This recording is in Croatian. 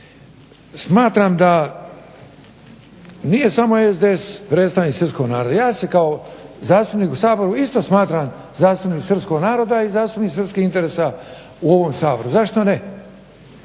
Smatram da nije samo SDSS predstavnik srpskog naroda. Ja se kao zastupnik u Saboru isto smatram zastupnik srpskog naroda i zastupnik srpskih interesa u ovom Saboru, zašto ne?